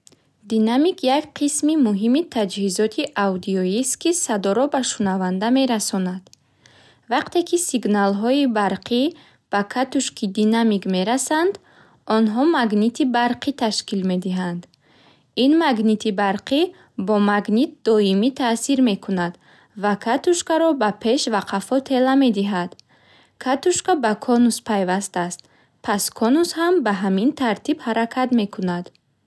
Динамик як қисми муҳими таҷҳизоти аудиоист, ки садоро ба шунаванда мерасонад. Вақте, ки сигналҳои барқӣ ба катушки динамик мерасанд, онҳо магнити барқӣ ташкил медиҳанд. Ин магнити барқӣ бо магнит доимӣ таъсир мекунад ва катушкаро ба пеш ва қафо тела медиҳад. Катушка ба конус пайваст аст, пас конус ҳам ба ҳамин тартиб ҳаракат мекунад.